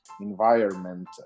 environment